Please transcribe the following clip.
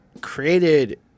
created